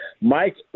Mike